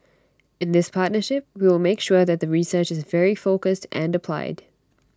in this partnership we will make sure that the research is very focused and applied